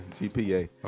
GPA